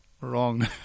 wrong